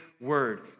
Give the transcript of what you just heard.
word